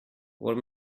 what